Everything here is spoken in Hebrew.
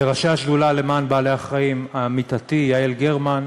לראשי השדולה למען בעלי-החיים, לעמיתתי יעל גרמן,